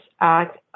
act